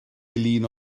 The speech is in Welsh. eileen